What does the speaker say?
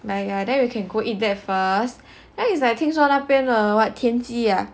!aiya! then we can go eat that first then it's like 听说那边的田鸡 ah